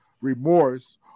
remorse